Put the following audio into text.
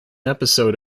episode